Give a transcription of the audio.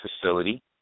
facility